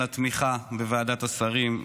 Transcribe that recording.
על התמיכה בוועדת השרים,